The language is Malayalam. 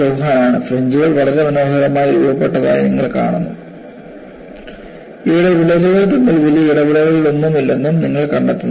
ചൌഹാൻ ആണ് ഫ്രിഞ്ച്കൾ വളരെ മനോഹരമായി രൂപപ്പെട്ടതായി നിങ്ങൾ കാണുന്നു ഇവിടെ വിള്ളലുകൾ തമ്മിൽ വലിയ ഇടപെടലുകളൊന്നുമില്ലെന്നും നിങ്ങൾ കണ്ടെത്തുന്നു